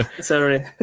sorry